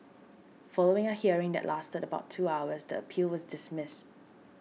following a hearing that lasted about two hours the appeal was dismissed